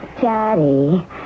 Daddy